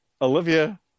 Olivia